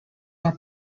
are